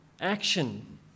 action